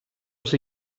els